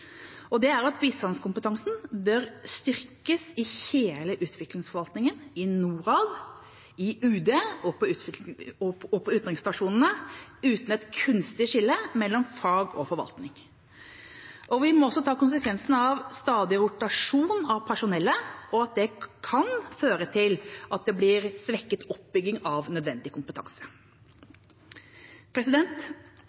Det er at bistandskompetansen bør styrkes i hele utviklingsforvaltningen – i Norad, i UD og på utenriksstasjonene, uten et kunstig skille mellom fag og forvaltning. Vi må også ta konsekvensen av stadig rotasjon av personellet, og at det kan føre til at det blir svekket oppbygging av nødvendig kompetanse.